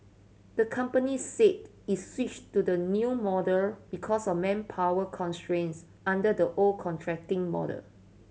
the company said it switched to the new model because of manpower constraints under the old contracting model